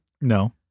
No